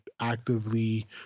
Actively